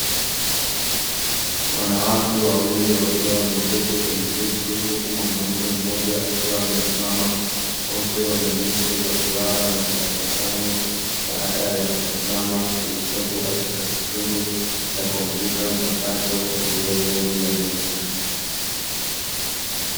Wanawake wawili wakiwa wameketi kwenye viti huku mwanaume mmoja akiwa amesimama, wote wakiwa na nyuso za kutabasamu. Baada ya kutazama kilichopo katika skrini ya kompyuta mpakato iliyopo juu ya meza.